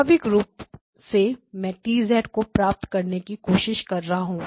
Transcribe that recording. स्वाभाविक रूप से मैं T को प्राप्त करने की कोशिश कर रहा हूं